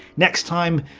next time,